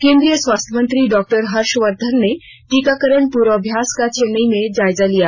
केन्द्रीय स्वास्थ्य मंत्री डाक्टर हर्षवर्धन ने टीकाकरण पूर्वाभ्यास का चेन्नई में जायजा लिया